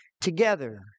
together